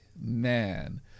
man